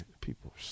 people